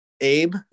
Abe